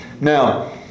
Now